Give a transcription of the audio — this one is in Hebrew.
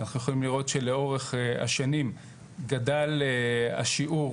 אנחנו יכולים לראות שלאורך השנים גדל השיעור